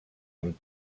amb